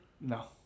no